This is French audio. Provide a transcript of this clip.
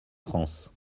france